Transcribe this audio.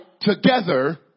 together